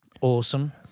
Awesome